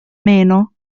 meno